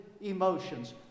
emotions